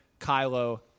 Kylo